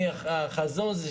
החזון הוא